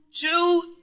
two